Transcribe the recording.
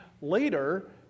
later